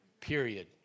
period